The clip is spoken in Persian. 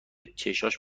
چشاش